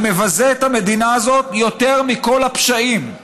המבזה את המדינה הזאת יותר מכל הפשעים,